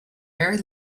very